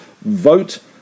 vote